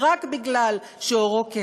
ורק בגלל שעורו כהה,